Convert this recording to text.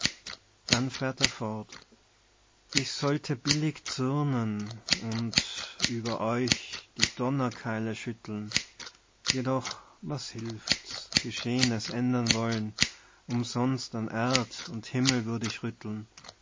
dann fährt er fort ich sollte billig zürnen und über euch die donnerkeile schütteln jedoch was hilft's gescheh'nes ändern wollen umsonst an erd und himmel würd ich rütteln